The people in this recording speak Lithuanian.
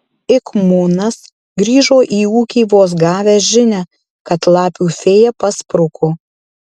ik munas grįžo į ūkį vos gavęs žinią kad lapių fėja paspruko